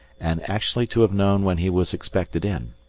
and actually to have known when he was expected in.